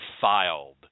filed